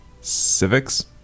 Civics